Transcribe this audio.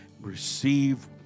receive